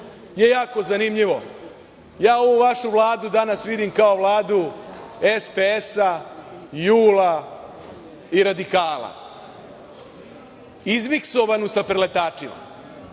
je jako zanimljivo, ja ovu vašu Vladu danas vidim kao Vladu SPS, JUL i radikala, izmiksovanu sa preletačima.